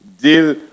deal